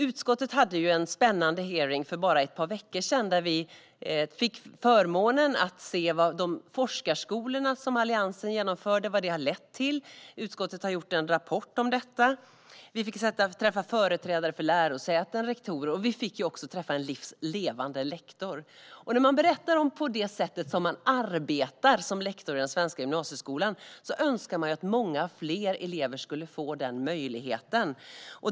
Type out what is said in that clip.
Utskottet hade en spännande hearing för bara ett par veckor sedan, där vi fick förmånen att se vad de forskarskolor som Alliansen införde har lett till. Utskottet har skrivit en rapport om detta. Vi fick också träffa företrädare och rektorer för lärosäten, och vi fick träffa en livs levande lektor. När man hör lektorer berätta om hur de arbetar i den svenska gymnasieskolan önskar man ju att fler elever skulle få den möjligheten.